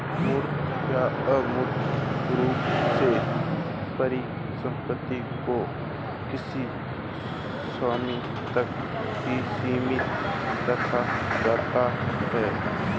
मूर्त या अमूर्त रूप से परिसम्पत्ति को किसी स्वामी तक ही सीमित रखा जाता है